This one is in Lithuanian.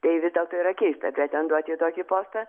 tai vis dėlto yra keista pretenduoti į tokį postą